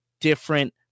different